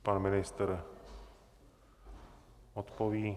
Pan ministr odpoví.